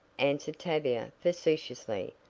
answered tavia facetiously.